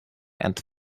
and